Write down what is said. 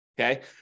okay